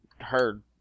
heard